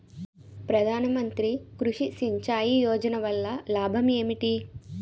ప్రధాన మంత్రి కృషి సించాయి యోజన వల్ల లాభం ఏంటి?